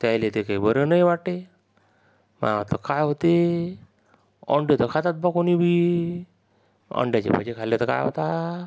त्यायले ते काय बरं नाही वाटे आता काय होते अंडे तर खातात बा कोणी बी अंड्याचे भजे खाल्ले तर काय होतं